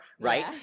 right